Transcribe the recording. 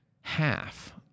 half